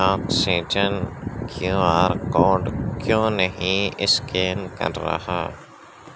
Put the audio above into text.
oxygen Q R code کیوں نہیں scan کر رہا